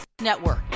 Network